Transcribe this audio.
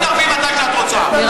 אל תתערבי בדיון בכלל.